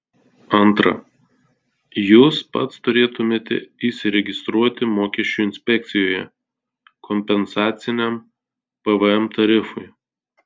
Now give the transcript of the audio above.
antra jūs pats turėtumėte įsiregistruoti mokesčių inspekcijoje kompensaciniam pvm tarifui